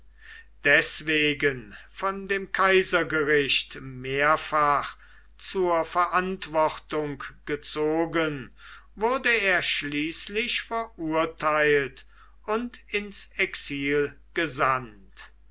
deswegen von dem kaisergericht mehrfach zur verantwortung gezogen wurde er schließlich verurteilt und ins exil gesandt